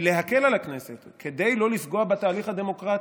להקל על הכנסת כדי לא לפגוע בתהליך הדמוקרטי.